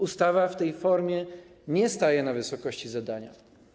Ustawa w tej formie nie staje na wysokości zadania.